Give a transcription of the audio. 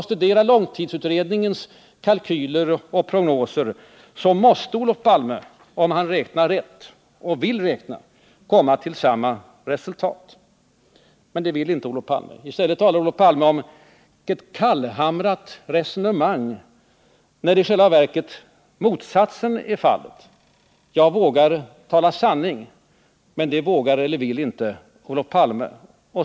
Studera långtidsutredningens kalkyler och prognoser. Då måste Olof Palme, om han räknar rätt och vill räkna rätt, komma till samma resultat. Men det vill inte Olof Palme. I stället talar Olof Palme om ett ”kallhamrat resonemang”, när det i själva verket är fråga om motsatsen. Jag vågar tala sanning, men det vågar eller vill inte Olof Palme.